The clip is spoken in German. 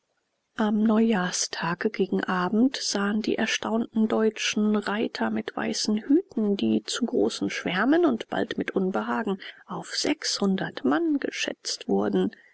am neujahrstage gegen abend sahen die erstaunten deutschen reiter mit weißen hüten die zu großen schwärmen und bald mit unbehagen auf sechshundert mann geschätzt wurden